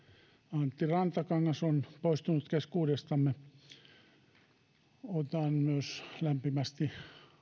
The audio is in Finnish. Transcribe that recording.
antti rantakangas on poistunut keskuudestamme otan myös lämpimästi